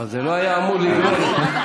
אבל זה לא היה אמור, בוא,